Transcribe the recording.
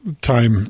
time